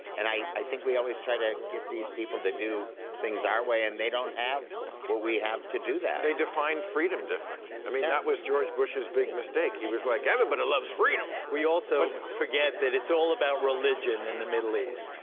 and i i think we always try to get these people to do things our way, and they don't have what we have to do that. they define freedom differently. i mean, that was george bush's big mistake. he was like, everybody loves freedom! we also forget that it's all about religion in the middle east.